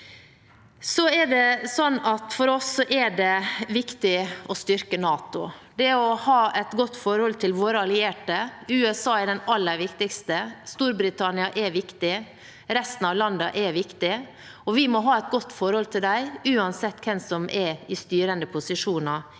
For oss er det viktig å styrke NATO og ha et godt forhold til våre allierte. USA er den aller viktigste, Storbritannia er viktig, og resten av landene er viktige. Vi må ha et godt forhold til dem, uansett hvem som er i styrende posisjoner